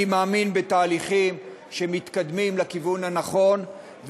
אני מאמין בתהליכים שמתקדמים בכיוון הנכון,